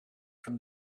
from